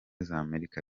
z’amerika